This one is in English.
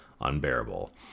unbearable